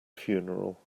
funeral